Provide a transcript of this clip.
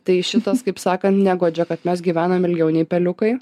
tai šitas kaip sakant neguodžia kad mes gyvenam ilgiau nei peliukai